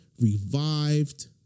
revived